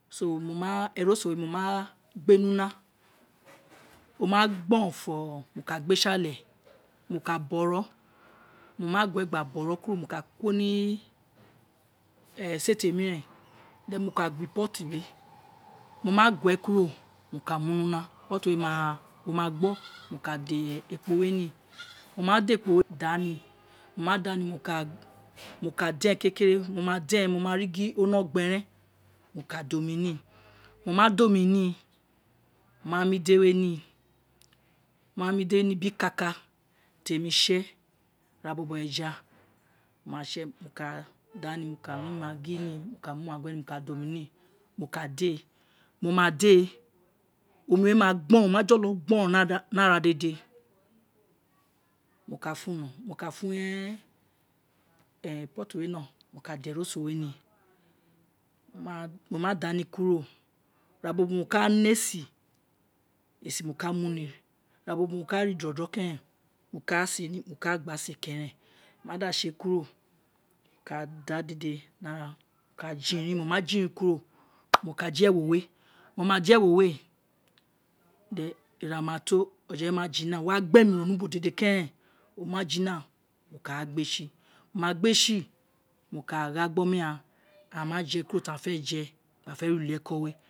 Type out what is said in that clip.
eroso we mo ma gbe ni una o ma gboron, mo ka gbe si ale, mo ka boro, mo ma gue gba boro kuro, mo ka ni esete miren, then mo ka gba pot mi mo ma gue kuro, mo ka mu ni una o ma gbo, pot wa wo ka da ekpo hi, wo ma da ekpo ni da ni wo ma da ekpo ni da ni wo mada ni, wo ka den kekere, wo ma den, wo ma ri gih o wino gbe ren wo ka da omi ni, wo ma da omi ni wo ka mu ide we ni, wo wa mu ide ni biri kaka te mi se, ira bobo eja mo wa se gba da ni, mo ka de e mo ma dee, omi we ma gboron o ma jolo gboron ni ara dede, mo ka funo mo ka fun pot we no da eroso we ni, mo ma da ni kuro ira bobo mo ka ne esin, esin mo ka mu ni, ira bobo mo ka ra keren, mo ka gba se keren mo ma se kuro mo ka da dede mo ka jirin, mo ma jirin kuro mo ka de ewo we mo ma din ewo we then ira mato oje we ma jina, awa gbeni ro ubo dede keren, o ma jina, o kagbe si a ma gbe si mo ka gha gbe oma ghan aghan ma je kuro tienre je, aghan fe re ulieko we.